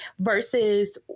versus